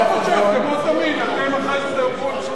כמו תמיד אתם אחרי זה תדברו על סולידריות,